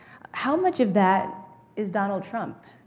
how much of that is donald trump?